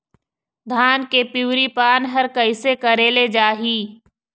धान के पिवरी पान हर कइसे करेले जाही?